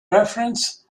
reference